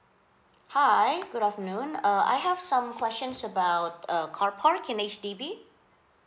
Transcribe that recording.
hi good afternoon uh I have some questions about uh car park in H_D_B